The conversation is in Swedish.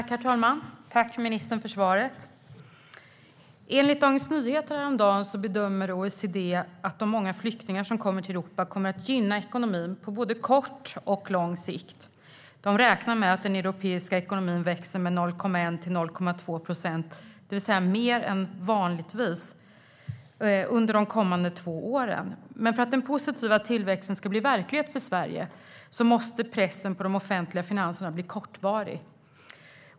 Herr talman! Tack, ministern, för svaret! Enligt Dagens Nyheter häromdagen bedömer OECD att de många flyktingar som kommer till Europa kommer att gynna ekonomin på både kort och lång sikt. De räknar med att den europeiska ekonomin växer med 0,1-0,2 procent, det vill säga mer än vanligtvis, under de kommande två åren. Men för att den positiva tillväxten ska bli verklighet för Sverige måste pressen på de offentliga finanserna bli kortvarig.